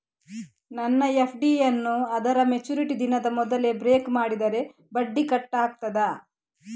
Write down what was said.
ನನ್ನ ಎಫ್.ಡಿ ಯನ್ನೂ ಅದರ ಮೆಚುರಿಟಿ ದಿನದ ಮೊದಲೇ ಬ್ರೇಕ್ ಮಾಡಿದರೆ ಬಡ್ಡಿ ಕಟ್ ಆಗ್ತದಾ?